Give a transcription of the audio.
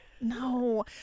No